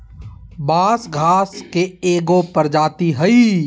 बांस घास के एगो प्रजाती हइ